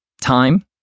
Time